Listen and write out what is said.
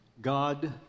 God